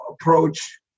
approach